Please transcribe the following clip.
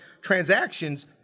transactions